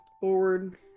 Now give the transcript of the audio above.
forward